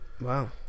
wow